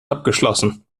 abgeschlossen